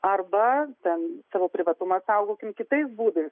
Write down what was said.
arba ten savo privatumą saugokim kitais būdais